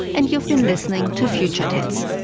and you've been listening to future tense